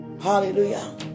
Hallelujah